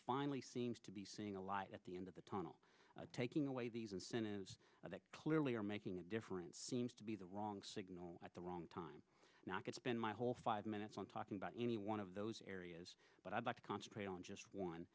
finally seems to be seeing a light at the end of the tunnel taking away these incentives that clearly are making a difference seems to be the wrong signal at the wrong time not get spent my whole five minutes on talking about any one of those areas but i'd like to concentrate on just one